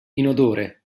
inodore